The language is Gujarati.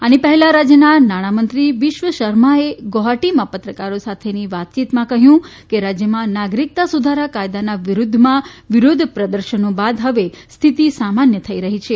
આની પહેલા રાજ્યના નાણામંત્રી બિસ્વ સરમાને ગુવાહાટીમાં પત્રકારો સાથે વાતચીતમાં કહ્યું કે રાજ્યમાં નાગરિકતા સુધારા કાયદાના વિરૂદ્વમાં વિરોધ પ્રદર્શનો બાદ હવે સ્થિતિ સામાન્ય થઇ રહી છે